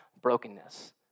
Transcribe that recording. brokenness